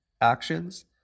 actions